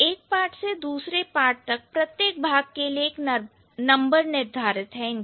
तो एक पार्ट से दूसरी पार्ट तक प्रत्येक भाग के लिए एक नंबर निर्धारित है